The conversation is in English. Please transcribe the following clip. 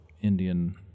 Indian